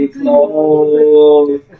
close